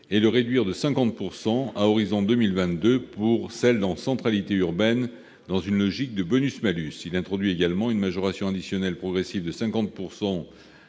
et le réduire de 50 % à horizon de 2022 pour celles en centralité urbaine, dans une logique de bonus-malus. Il introduit également une majoration additionnelle progressive de 50